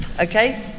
Okay